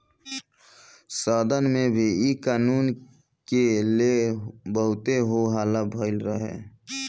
सदन में भी इ कानून के ले बहुते हो हल्ला भईल रहे